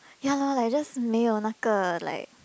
ya loh like just 没有那个 like